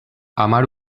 hamar